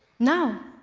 now,